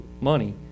money